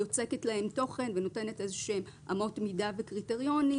יוצקת להם תוכן ונותנת איזה שהם אמות מידה וקריטריונים